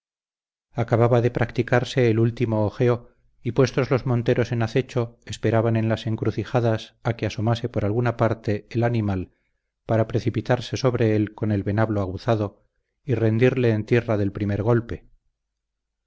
acababa de practicarse el último ojeo y puestos los monteros en acecho esperaban en las encrucijadas a que asomase por alguna parte el animal para precipitarse sobre él con el venablo aguzado y rendirle en tierra del primer golpe